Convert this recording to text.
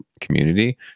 community